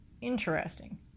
interesting